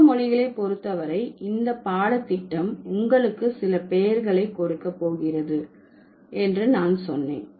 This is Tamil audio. உலக மொழிகளை பொறுத்த வரை இந்த பாடத்திட்டம் உங்களுக்கு சில பெயர்களை கொடுக்க போகிறது என்று நான் சொன்னேன்